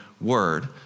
word